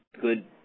good